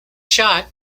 shot